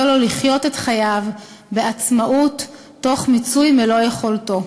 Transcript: לו לחיות את חייו בעצמאות תוך מיצוי מלוא יכולתו.